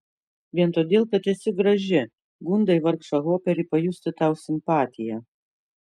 vien todėl kad esi graži gundai vargšą hoperį pajusti tau simpatiją